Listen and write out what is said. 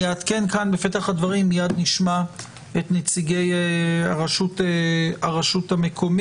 בפתח הדברים אני אעדכן ומיד נשמע את נציגי הרשות המקומית